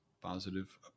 positive